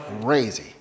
crazy